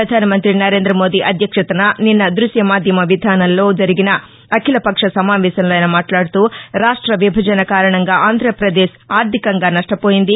పధానమంతి నరేందమోదీ అధ్యక్షతన నిన్న దృశ్య మాధ్యమ విధానంలో జరిగిన అఖీలపక్ష సమావేశంలో ఆయన మాట్లాడుతూ రాష్ట్ర విభజన కారణంగా ఆంధ్రాపదేశ్ ఆర్ధికంగా నష్టపోయింది